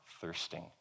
thirsting